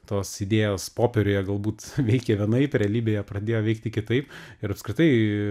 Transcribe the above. tos idėjos popieriuje galbūt veikė vienaip realybėje pradėjo veikti kitaip ir apskritai